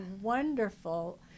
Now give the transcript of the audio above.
wonderful